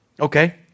Okay